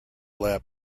lab